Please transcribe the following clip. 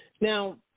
Now